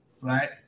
right